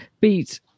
beat